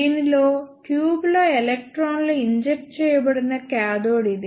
దీనిలో ట్యూబ్లో ఎలక్ట్రాన్లు ఇంజెక్ట్ చేయబడిన కాథోడ్ ఇది